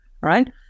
right